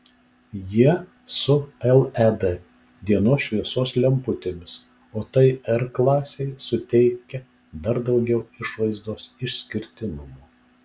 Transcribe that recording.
jie su led dienos šviesos lemputėmis o tai r klasei suteikia dar daugiau išvaizdos išskirtinumo